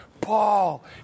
Paul